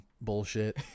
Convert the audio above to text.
bullshit